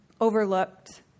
overlooked